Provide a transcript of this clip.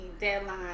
deadline